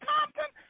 Compton